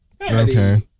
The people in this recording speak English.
Okay